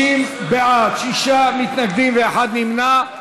50 בעד, שישה מתנגדים ואחד נמנע.